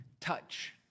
touch